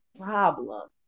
problem